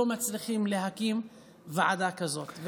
לא מצליחים להקים ועדה כזאת?